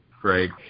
Craig